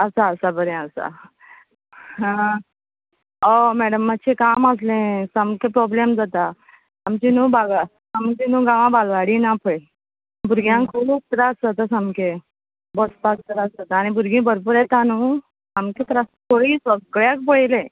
आसा आसा बरें आसा हय मॅडम मातशें काम आसलें सामकें प्रोब्लेम जाता आमची न्हू बावा आमची न्हू गांवांत बालवाडी ना पय भुरग्यांक खूब त्रास जाता सामके बसपाक त्रास जाता आनी भुरगीं भरपूर येता न्हू सामकें त्रास खंय सगळ्याक पयलें